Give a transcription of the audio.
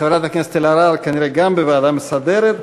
חברת הכנסת אלהרר, כנראה גם בוועדה המסדרת.